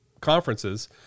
Conferences